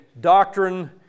doctrine